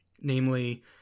namely